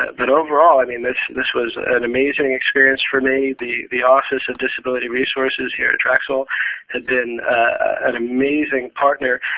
ah but overall, i mean this and this was an amazing experience for me. the the office of disability resources here at drexel been an amazing partner,